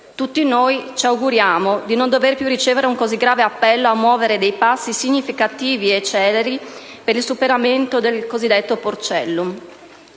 Tutti noi ci auguriamo di non dover più ricevere un così grave appello a muovere dei passi significativi e celeri per il superamento del cosiddetto "porcellum".